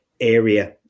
area